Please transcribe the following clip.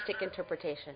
interpretation